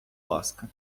ласка